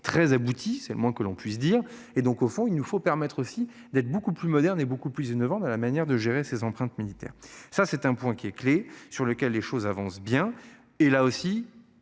très abouti, c'est le moins que l'on puisse dire et donc au fond, il nous faut permettre aussi d'être beaucoup plus moderne est beaucoup plus de 9 vendent à la manière de gérer ses empreintes militaire, ça c'est un point qui est clé, sur lequel les choses avancent bien et là aussi